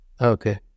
Okay